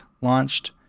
launched